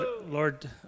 Lord